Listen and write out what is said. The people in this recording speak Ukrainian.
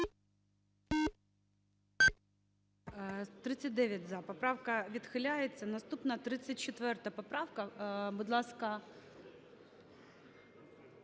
За-39 Поправка відхиляється. Наступна 34 поправка. Будь ласка…